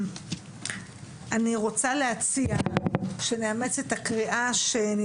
אני רוצה להציע שנאמץ את הקריאה שיצאה,